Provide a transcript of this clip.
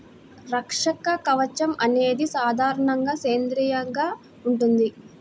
రక్షక కవచం అనేది సాధారణంగా సేంద్రీయంగా ఉంటుంది